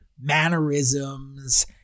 mannerisms